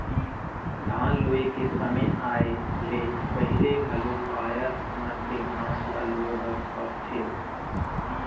धान लूए के समे आए ले पहिले घलो पायर मन के घांस ल लूए बर परथे